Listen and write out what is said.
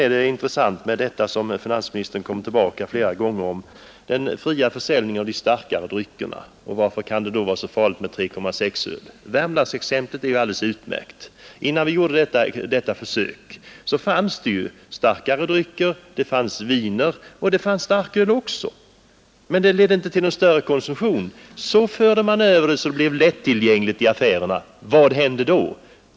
En annan intressant fråga som finansministern kom tillbaka till flera gånger, är frågan om den fria försäljningen av starkare drycker och varför det kan vara så farligt att sälja öl med 3,6 procent alkohol. Där är Värmlandsexemplet alldeles utmärkt. Innan vi gjorde det försöket hade vi inte någon särskilt stor konsumtion av viner och starköl i Värmland, men så gjorde vi starkölet lättillgängligt i affärerna — och vad hände?